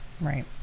Right